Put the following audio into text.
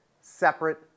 separate